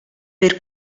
per